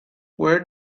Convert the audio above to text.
where